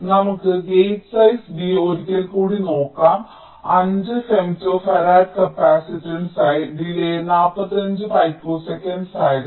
നമുക്ക് gate size B ക്ക് ഒരിക്കൽ കൂടി നോക്കാം 5 ഫെംറ്റോഫറാഡ് കപ്പാസിറ്റൻസിനായി ഡിലേയ് 45 പിക്കോസെക്കൻഡ് ആയിരുന്നു